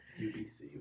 UBC